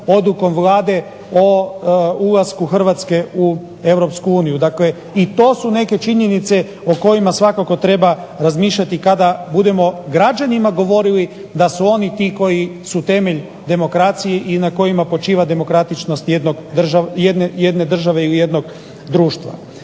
odlukom Vlade o ulasku Hrvatske u EU. Dakle, i to su neke činjenice o kojima svakako treba razmišljati kada budemo građanima govorili da su oni ti koji su temelj demokracije i na kojima počiva demokratičnost jedne države ili jednog društva.